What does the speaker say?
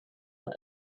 that